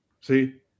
See